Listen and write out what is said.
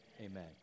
Amen